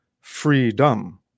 freedom